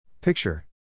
Picture